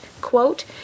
quote